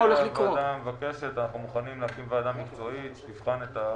אנחנו מוכנים להקים ועדה מקצועית שתבחן את הצרכים,